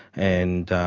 and